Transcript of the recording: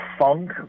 funk